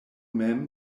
mem